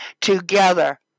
together